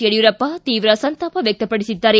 ಯಡಿಯೂರಪ್ಪ ತೀವ್ರ ಸಂತಾಪ ವ್ಲಕ್ತಪಡಿಸಿದ್ದಾರೆ